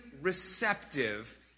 receptive